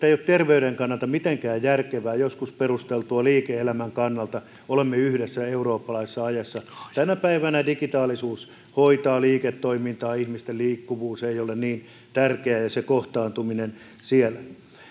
ei ole terveyden kannalta mitenkään järkevää joskus on ollut perusteltua liike elämän kannalta että olemme yhdessä eurooppalaisessa ajassa tänä päivänä digitaalisuus hoitaa liiketoimintaa ihmisten liikkuvuus ei ole niin tärkeää ja se kohtaantuminen siellä